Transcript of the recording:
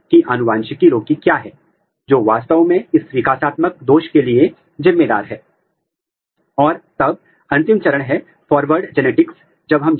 तो पहले हम R N A in situ शंकरण के बारे में चर्चा करेंगे